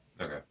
Okay